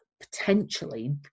potentially